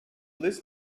this